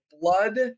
blood